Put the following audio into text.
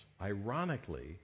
ironically